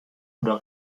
oder